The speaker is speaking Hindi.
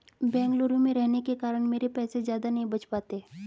बेंगलुरु में रहने के कारण मेरे पैसे ज्यादा नहीं बच पाते